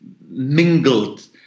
mingled